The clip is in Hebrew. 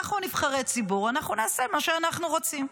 אנחנו נבחרי ציבור, אנחנו נעשה מה שאנחנו רוצים.